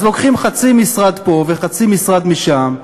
אז לוקחים חצי משרד פה וחצי משרד משם,